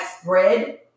spread